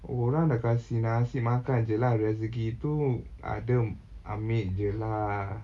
orang dah kasih nasi makan jer lah rezeki tu ada ambil jer lah